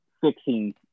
fixing